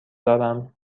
دارم